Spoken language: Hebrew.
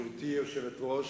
גברתי היושבת-ראש,